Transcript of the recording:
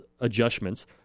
adjustments